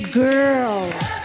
girls